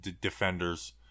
Defenders